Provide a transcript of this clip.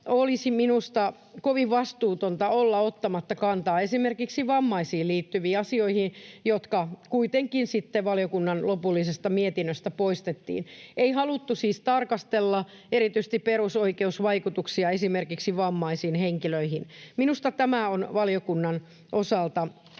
olisi minusta kovin vastuutonta olla ottamatta kantaa esimerkiksi vammaisiin liittyviin asioihin, jotka kuitenkin sitten valiokunnan lopullisesta mietinnöstä poistettiin. Ei haluttu siis tarkastella erityisesti perusoikeusvaikutuksia esimerkiksi vammaisiin henkilöihin. Minusta tämä on valiokunnan osalta